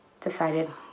decided